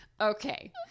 Okay